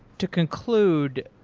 to conclude,